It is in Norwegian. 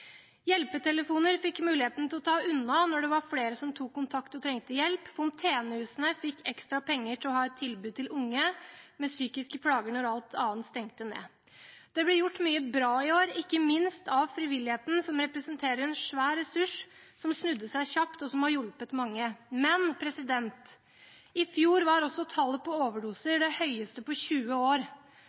Hjelpetelefoner fikk muligheten til å ta unna da det var flere som tok kontakt og trengte hjelp. Fontenehusene fikk ekstra penger til å ha et tilbud til unge med psykiske plager da alt annet stengte ned. Det er blitt gjort mye bra i år, ikke minst av frivilligheten, som representerer en svær ressurs som snudde seg kjapt, og som har hjulpet mange. I fjor var tallet på overdoser det høyeste på 20 år.